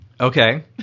Okay